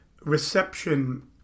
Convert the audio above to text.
reception